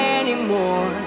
anymore